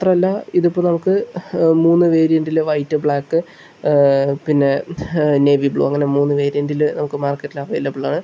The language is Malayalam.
മാത്രമല്ല ഇതിപ്പോൾ നമുക്ക് മൂന്ന് വേരിയെന്റിൽ വൈറ്റ് ബ്ലാക്ക് പിന്നെ നേവി ബ്ലൂ അങ്ങനെ മൂന്ന് വേരിയെന്റിൽ നമുക്ക് മാർക്കറ്റിൽ അവൈലബിളാണ്